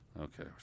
Okay